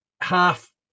half